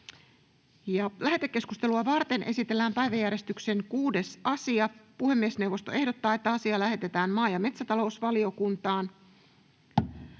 Lähetekeskustelua varten esitellään päiväjärjestyksen 6. asia. Puhemiesneuvosto ehdottaa, että asia lähetetään maa- ja metsätalousvaliokuntaan.